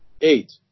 Eight